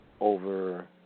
over